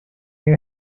you